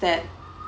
that